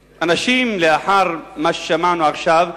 אנשים, לאחר מה ששמענו עכשיו,